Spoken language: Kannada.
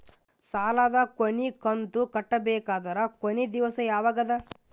ಸಾಲದ ಕೊನಿ ಕಂತು ಕಟ್ಟಬೇಕಾದರ ಕೊನಿ ದಿವಸ ಯಾವಗದ?